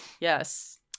Yes